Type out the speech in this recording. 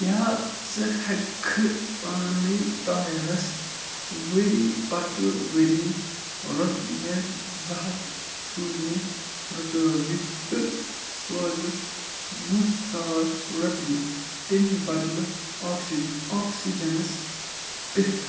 کیٛاہ ژٕ ہیککھٕ پانے طاہِرس ؤری پتہٕ ؤری رۄپیَس زٕ ہتھ سوٗزِتھ رُکٲوِتھ تہٕ سوزَس وُہ ساس رۄپیہِ تَمہِ بدلہٕ آکسیٖجہِ آکسیٖجنَس پٮ۪ٹھ